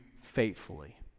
faithfully